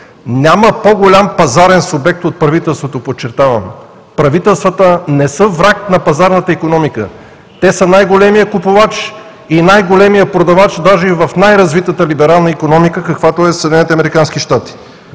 Няма по-голям пазарен субект от правителството, подчертавам. Правителствата не са враг на пазарната икономика. Те са най-големият купувач и най-големият продавач, даже и в най-развитата либерална икономика, каквато е в